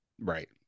right